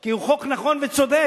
כי הוא חוק נכון וצודק.